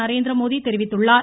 நரேந்திரமோடி தெரிவித்துள்ளார்